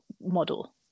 model